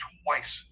twice